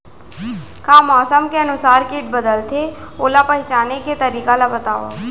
का मौसम के अनुसार किट बदलथे, ओला पहिचाने के तरीका ला बतावव?